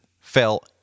fell